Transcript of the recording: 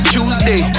Tuesday